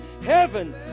heaven